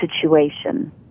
situation